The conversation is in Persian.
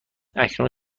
اکنون